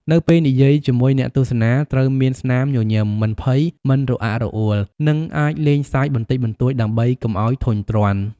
នៅពេលនិយាយជាមួយអ្នកទស្សនាត្រូវមានស្មាមញញឺម មិនភ័យ មិនរអាក់រអួល និងអាចលេងសើចបន្តិចបន្តួចដើម្បីកុំឲ្យធុញទ្រាន់។